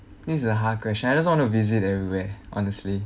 this is a hard question I just want to visit everywhere honestly